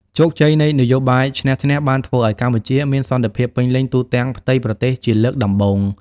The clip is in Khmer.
ជោគជ័យនៃ «នយោបាយឈ្នះ-ឈ្នះ» បានធ្វើឱ្យកម្ពុជាមានសន្តិភាពពេញលេញទូទាំងផ្ទៃប្រទេសជាលើកដំបូង។